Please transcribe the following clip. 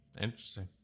interesting